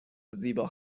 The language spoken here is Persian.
زیبا